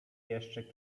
jeszcze